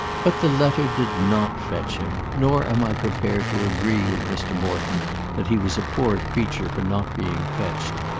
but the letter did not fetch him nor am i prepared to agree with mr. morton that he was a poor creature for not being fetched.